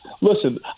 listen